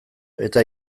eta